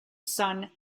son